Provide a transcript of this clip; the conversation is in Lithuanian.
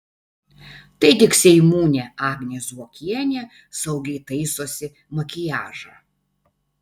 tai tik seimūnė agnė zuokienė saugiai taisosi makiažą